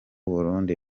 burundi